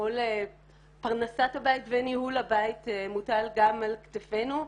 עול פרנסת הבית וניהול הבית מוטל גם על כתפינו.